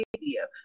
media